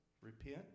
Repent